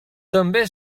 també